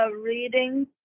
reading